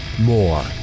More